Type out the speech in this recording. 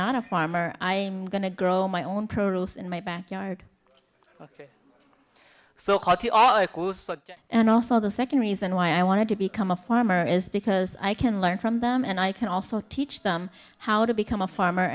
not a farmer i'm going to grow my own produce in my backyard so called to all and also the second reason why i wanted to become a farmer is because i can learn from them and i can also teach them how to become a farmer